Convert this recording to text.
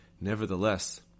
Nevertheless